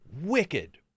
Wicked